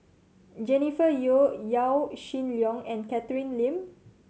Jennifer Yeo Yaw Shin Leong and Catherine Lim